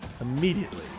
immediately